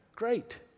great